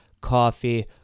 coffee